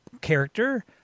character